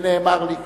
ונאמר לי כך: